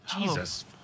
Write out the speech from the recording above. Jesus